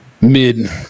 mid